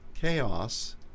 chaos